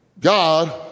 God